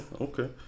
okay